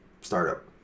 startup